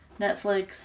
Netflix